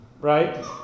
right